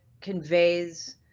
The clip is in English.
conveys